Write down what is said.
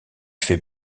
fait